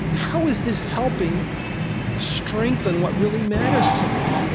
how is this helping strengthen what really matters to me?